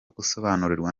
gusobanukirwa